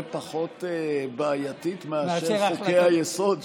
פחות בעייתית מאשר חוקי-היסוד שהתקבלו,